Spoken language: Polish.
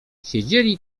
siedzieli